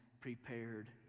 prepared